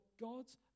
God's